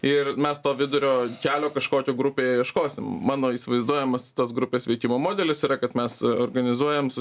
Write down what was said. ir mes to vidurio kelio kažkokią grupė ieškosime mano įsivaizduojamas tas grupes veikimo modelis yra kad mes organizuojam su